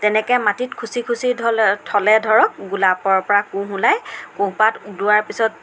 তেনেকৈ মাটিত খুচি খুঁচি ধলে থ'লে ধৰক গোলাপৰ পৰা কুঁহ ওলাই কুঁহপাত ওলোৱাৰ পিছত